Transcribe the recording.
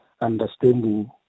understanding